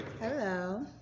Hello